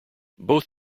both